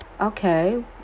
Okay